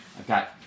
Okay